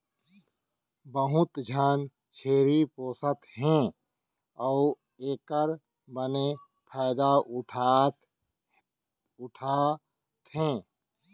बहुत झन छेरी पोसत हें अउ एकर बने फायदा उठा थें